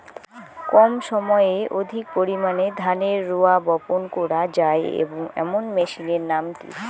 কম সময়ে অধিক পরিমাণে ধানের রোয়া বপন করা য়ায় এমন মেশিনের নাম কি?